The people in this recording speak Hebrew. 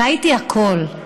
ראיתי הכול.